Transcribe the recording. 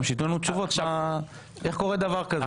שיתנו לנו תשובות איך קורה דבר כזה.